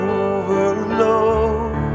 overload